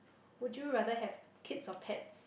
would you rather have kids or pets